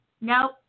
Nope